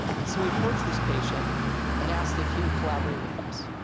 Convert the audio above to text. and so we approached this patient and asked if he would collaborate with us.